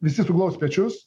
visi suglaust pečius